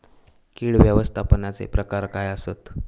कीड व्यवस्थापनाचे प्रकार काय आसत?